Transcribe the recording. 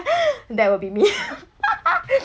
that will be me